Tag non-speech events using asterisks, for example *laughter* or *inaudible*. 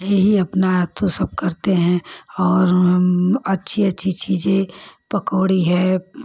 यही अपना *unintelligible* सब करते हैं और अच्छी अच्छी चीजें पकौड़ी है